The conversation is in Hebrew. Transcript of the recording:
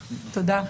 תודה.